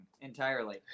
entirely